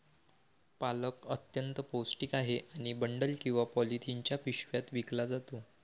पालक अत्यंत पौष्टिक आहे आणि बंडल किंवा पॉलिथिनच्या पिशव्यात विकला जातो